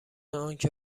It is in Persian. انکه